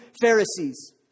Pharisees